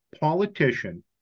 politician